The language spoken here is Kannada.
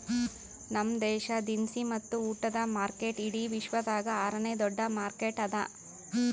ನಮ್ ದೇಶ ದಿನಸಿ ಮತ್ತ ಉಟ್ಟದ ಮಾರ್ಕೆಟ್ ಇಡಿ ವಿಶ್ವದಾಗ್ ಆರ ನೇ ದೊಡ್ಡ ಮಾರ್ಕೆಟ್ ಅದಾ